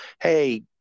Hey